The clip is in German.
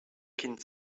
kind